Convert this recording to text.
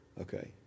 Okay